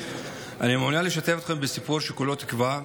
אני מעוניין לשתף אתכם בסיפור שכולו תקווה,